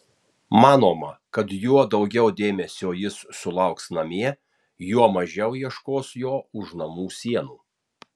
manoma kad juo daugiau dėmesio jis sulauks namie juo mažiau ieškos jo už namų sienų